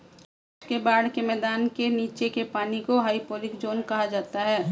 नदी और उसके बाढ़ के मैदान के नीचे के पानी को हाइपोरिक ज़ोन कहा जाता है